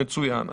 מצוין.